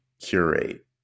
curate